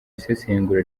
isesengura